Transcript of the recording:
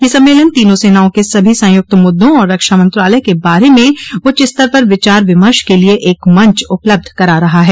यह सम्मेलन तीनों सेनाओं के सभी संयुक्त मूद्दों और रक्षा मंत्रालय के बारे में उच्चस्तर पर विचार विमर्श के लिए एकमंच उपलब्ध करा रहा है